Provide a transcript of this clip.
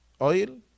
oil